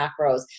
macros